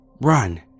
run